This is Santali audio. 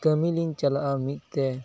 ᱠᱟᱹᱢᱤ ᱞᱤᱧ ᱪᱟᱞᱟᱜᱼᱟ ᱢᱤᱫᱛᱮ